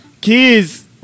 Kids